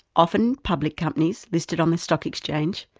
often public companies, listed on the stock exchange,